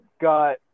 got